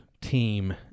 team